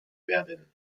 werden